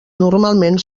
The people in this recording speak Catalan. normalment